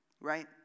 Right